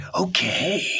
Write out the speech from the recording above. Okay